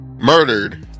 Murdered